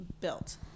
built